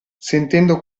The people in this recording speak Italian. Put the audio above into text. sentendo